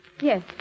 Yes